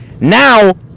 Now